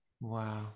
Wow